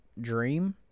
dream